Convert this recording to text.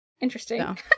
interesting